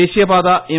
ദേശീയ പാത എം